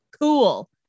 Cool